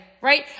right